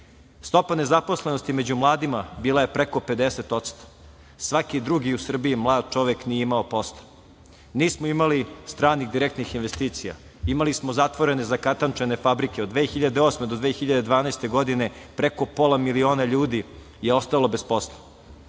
Stopa nezaposlenosti među mladima bila je preko 50%, svaki drugi u Srbiji mlad čovek nije imao posla. Nismo imali stranih direktnih investicija. Imali smo zatvorene, zakatančene fabrike, od 2008. do 2012. godine preko pola miliona ljudi je ostalo bez posla.